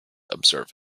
observe